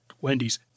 Wendy's